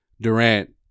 Durant